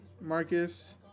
Marcus